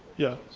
yeah.